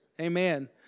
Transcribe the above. Amen